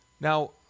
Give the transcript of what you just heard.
Now